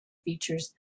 features